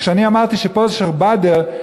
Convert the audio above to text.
כשאני אמרתי שפה שיח' באדר,